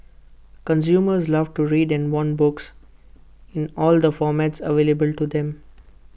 consumers love to read and want books in all the formats available to them